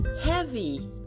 heavy